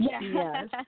Yes